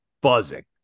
buzzing